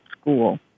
school